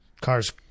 car's